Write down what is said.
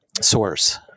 source